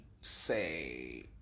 say